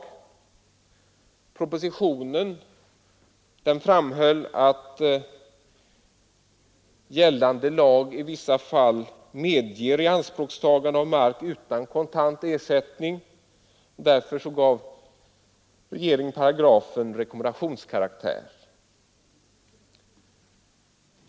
I propositionen framhölls att gällande lag i vissa fall medger ianspråkstagande av mark utan kontant ersättning. Därför gav regeringen paragrafen rekommendationskaraktär.